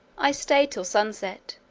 i stayed till sunset,